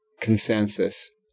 consensus